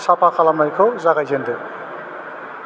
साफा खालामनायखौ जागायजेनदो